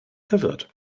verwirrt